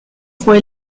fue